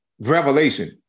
revelation